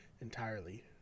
entirely